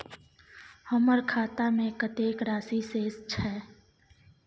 हमर खाता में कतेक राशि शेस छै?